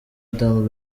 adam